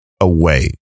Away